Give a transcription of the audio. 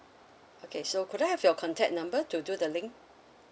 okay so could I have your contact number to do the link